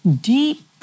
deep